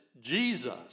Jesus